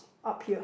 up here